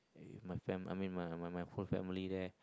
my fam~ I mean my my my whole family there